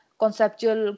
conceptual